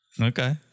Okay